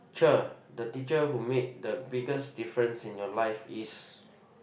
cher the teacher who made the biggest difference in your life is